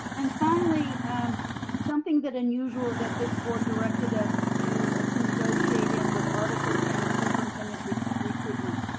and finally, and something that unusual that this board directed us to ah to negotiate in was article ten, superintendent recruitment.